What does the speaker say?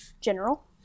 general